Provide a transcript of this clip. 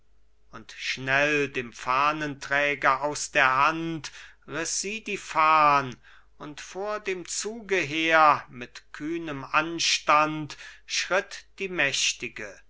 und schnell dem fahnenträger aus der hand riß sie die fahn und vor dem zuge her mit kühnem anstand schritt die mächtige